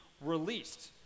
released